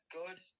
good